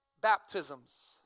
baptisms